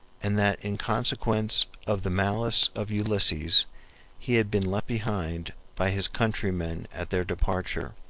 and that in consequence of the malice of ulysses he had been left behind by his countrymen at their departure.